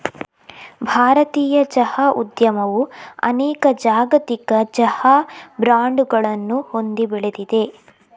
ಭಾರತೀಯ ಚಹಾ ಉದ್ಯಮವು ಅನೇಕ ಜಾಗತಿಕ ಚಹಾ ಬ್ರಾಂಡುಗಳನ್ನು ಹೊಂದಿ ಬೆಳೆದಿದೆ